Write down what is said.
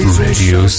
radio